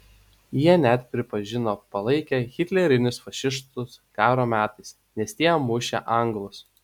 jie net prisipažino palaikę hitlerinius fašistus karo metais nes tie mušę anglus